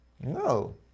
No